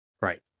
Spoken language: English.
Right